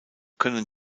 können